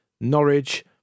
Norwich